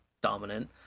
dominant